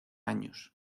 años